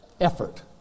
effort